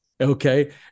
Okay